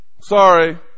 sorry